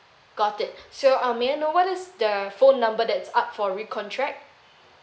got it so um may I know what is the phone number that's up for recontract